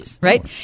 right